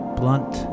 blunt